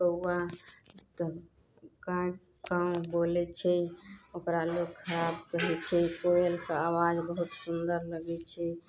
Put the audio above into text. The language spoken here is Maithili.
कौआ तऽ बोलै छै ओकरा लोक खराब कहै छै कोयलके आवाज बहुत सुन्दर लगै छै